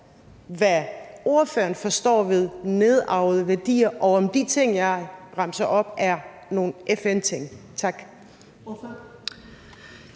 hvad ordføreren forstår ved nedarvede værdier, og om de ting, jeg remsede op, er nogle FN-ting. Tak.